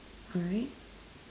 alright